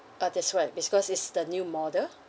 uh that's right because is the new model